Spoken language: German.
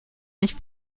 nicht